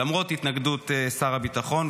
למרות התנגדות שר הביטחון,